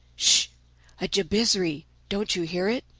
sh a jabizri don't you hear it?